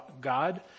God